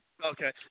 Okay